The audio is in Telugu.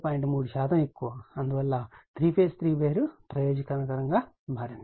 3 శాతం ఎక్కువ అందువల్ల 3 ఫేజ్ 3 వైర్ ప్రయోజనకరంగా మారింది